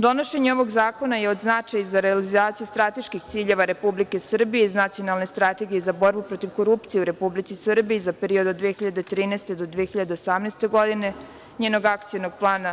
Donošenje ovog zakona je od značaja za relaciju strateških ciljeva Republike Srbije iz Nacionalne strategije za borbu protiv korupcije u Republici Srbiji za period od 2013. do 2018. godine, njenog Akcionog plana,